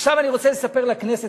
עכשיו אני רוצה לספר לכנסת,